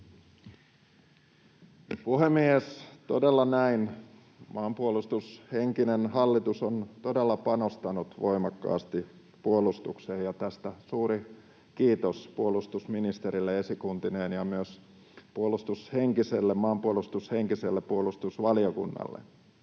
Puhemies! Todella, näin maanpuolustushenkinen hallitus on panostanut voimakkaasti puolustukseen, ja tästä suuri kiitos puolustusministerille esikuntineen ja myös maanpuolustushenkiselle puolustusvaliokunnalle.